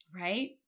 right